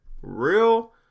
real